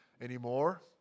anymore